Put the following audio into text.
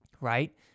right